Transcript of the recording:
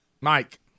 Mike